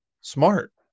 smart